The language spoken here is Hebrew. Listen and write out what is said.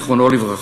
זיכרונו לברכה.